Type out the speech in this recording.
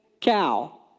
cow